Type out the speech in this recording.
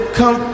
come